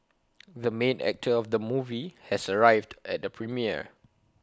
the main actor of the movie has arrived at the premiere